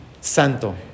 santo